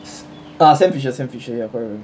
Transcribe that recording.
s~ ah sam fisher sam fisher ya correct correct